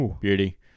Beauty